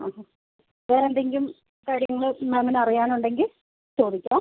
അ വേറെ എന്തെങ്കിലും കാര്യങ്ങൾ മാമിന് അറിയാനുണ്ടെങ്കിൽ ചോദിക്കാം